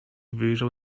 wyjrzał